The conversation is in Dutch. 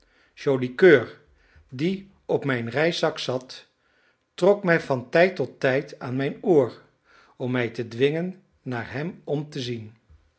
joli coeur die op mijn reiszak zat trok mij van tijd tot tijd aan mijn oor om mij te dwingen naar hem om te zien